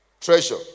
treasure